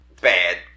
bad